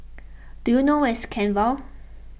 do you know where is Kent Vale